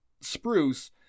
spruce